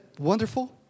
wonderful